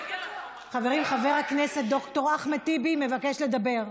חברים, חבר הכנסת ד"ר אחמד טיבי מבקש לדבר.